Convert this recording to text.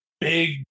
Big